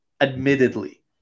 Admittedly